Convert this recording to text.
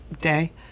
day